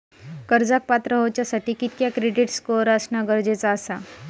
कर्जाक पात्र होवच्यासाठी कितक्या क्रेडिट स्कोअर असणा गरजेचा आसा?